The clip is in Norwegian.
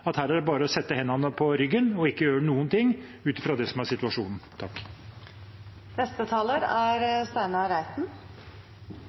at her er det bare å sette hendene på ryggen og ikke gjøre noen ting – ut fra det som er situasjonen.